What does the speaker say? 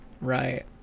Right